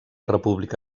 república